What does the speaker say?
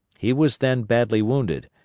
he was then badly wounded,